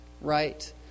right